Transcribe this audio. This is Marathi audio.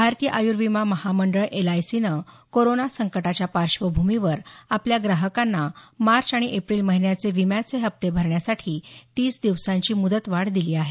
भारतीय आयुर्विमा महामंडळ एलआयसीनं कोरोना संकटाच्या पार्श्वभूमीवर आपल्या ग्राहकांना मार्च आणि एप्रिल महिन्याचे विम्याचे हप्ते भरण्यासाठी तीस दिवसांची मुदतवाढ दिली आहे